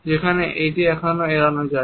যেখানে এটি এখনও এড়ানো যায়